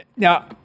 Now